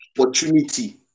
opportunity